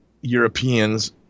Europeans